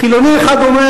חילוני אחד אומר: